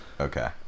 Okay